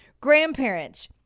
Grandparents